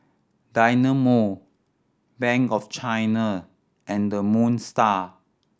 Dynamo Bank of China and the Moon Star